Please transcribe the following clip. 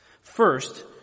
First